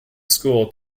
school